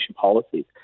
policies